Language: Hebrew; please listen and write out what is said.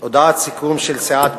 הודעת סיכום של סיעת בל"ד: